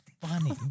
funny